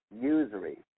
usury